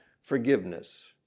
forgiveness